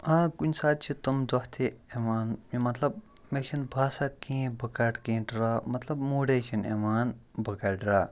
آ کُنہِ ساتہٕ چھِ تِم دۄہ تہِ یِوان مطلب مےٚ چھِنہٕ باسان کِہیٖنۍ بہٕ کَٹہٕ کیٚنٛہہ ڈرٛا مطلب موٗڈَے چھِنہٕ یِوان بہٕ کَرٕ ڈرٛا